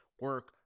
Work